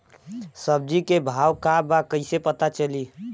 सब्जी के भाव का बा कैसे पता चली?